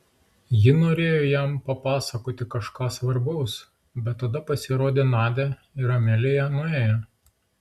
ji norėjo jam papasakoti kažką svarbaus bet tada pasirodė nadia ir amelija nuėjo